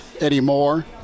anymore